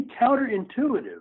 counterintuitive